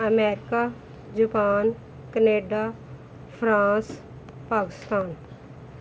America Japan Canada France Pakistan